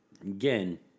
again